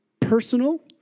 personal